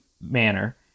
manner